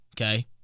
okay